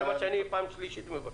זה מה שאני פעם שלישית מבקש.